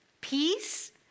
peace